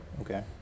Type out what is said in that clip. Okay